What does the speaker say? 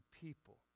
people